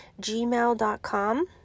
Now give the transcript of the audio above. gmail.com